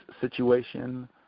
situation